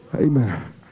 Amen